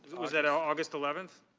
was that august eleventh?